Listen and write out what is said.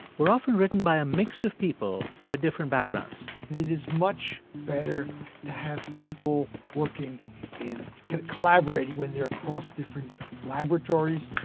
were often written by a mix of people with different backgrounds it is much better to have people working in collaborating when they're across different laboratories,